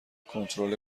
کنترل